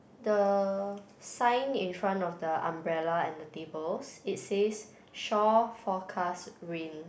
the sign in front of the umbrella and the tables it says shore forecast rain